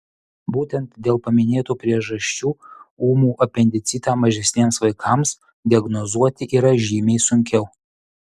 būtent dėl paminėtų priežasčių ūmų apendicitą mažesniems vaikams diagnozuoti yra žymiai sunkiau